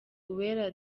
uwera